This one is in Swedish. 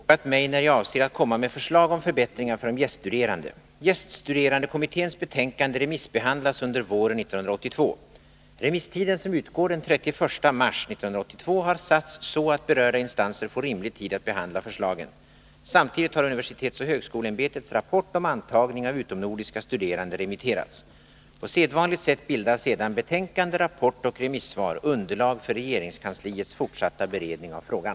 Herr talman! Lena Öhrsvik har frågat mig när jag avser att komma med förslag om förbättringar för de gäststuderande. Gäststuderandekommitténs betänkande remissbehandlas under våren 1982. Remisstiden, som utgår den 31 mars 1982, har satts så att berörda instanser får rimlig tid att behandla förslagen. Samtidigt har universitetsoch högskoleämbetets rapport om antagning av utomnordiska studerande remitterats. På sedvanligt sätt bildar sedan betänkande, rapport och remissvar underlag för regeringskansliets fortsatta beredning av frågan.